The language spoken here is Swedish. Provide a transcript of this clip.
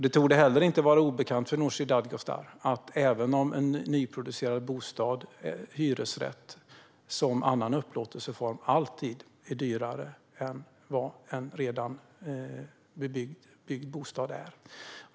Det torde heller inte vara obekant för Nooshi Dadgostar att en nyproducerad bostad - en hyresrätt - som upplåtelseform alltid är dyrare än vad en redan byggd bostad är.